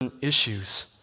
issues